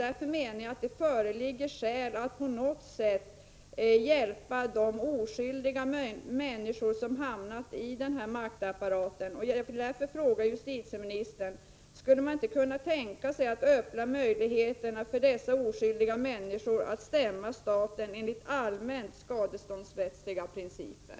Därför menar jag att det föreligger skäl att på något sätt hjälpa de oskyldiga människor som hamnat i maktapparaten. Jag vill fråga justitieministern: Skulle man inte kunna tänka sig att öppna möjligheter för dessa oskyldiga människor att stämma staten enligt allmänna skadeståndsrättsliga principer?